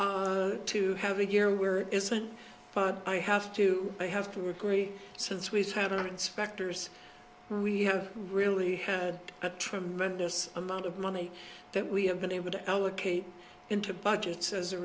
o have a year where it isn't but i have to i have to agree since we've had our inspectors we have really had a tremendous amount of money that we have been able to allocate into budgets as a